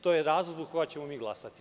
To je razlog zbog koga ćemo mi glasati.